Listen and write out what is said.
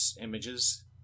images